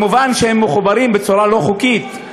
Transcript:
מובן שהם מחוברים בצורה לא חוקית,